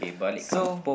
so